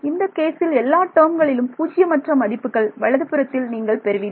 இந்தக் கேஸில் எல்லா டேர்ம்களிலும் பூஜ்ஜியம் அற்ற மதிப்புகள் வலதுபுறத்தில் நீங்கள் பெறுவீர்கள்